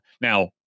Now